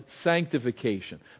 sanctification